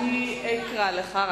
אקרא לך.